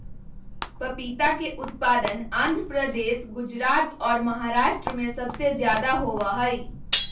पपीता के उत्पादन आंध्र प्रदेश, गुजरात और महाराष्ट्र में सबसे ज्यादा होबा हई